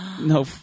no